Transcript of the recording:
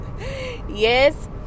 Yes